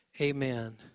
Amen